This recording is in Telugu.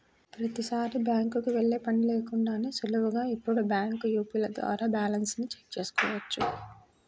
ప్రతీసారీ బ్యాంకుకి వెళ్ళే పని లేకుండానే సులువుగా ఇప్పుడు బ్యాంకు యాపుల ద్వారా బ్యాలెన్స్ ని చెక్ చేసుకోవచ్చు